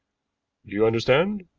you understand?